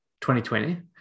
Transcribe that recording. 2020